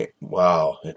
Wow